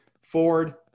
ford